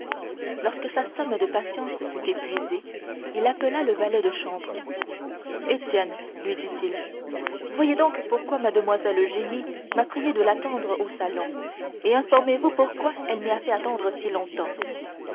lorsque sa somme de patience fut épuisée il appela le valet de chambre étienne lui dit-il voyez donc pourquoi mlle eugénie m'a prié de l'attendre au salon et informez-vous pourquoi elle m'y fait attendre si longtemps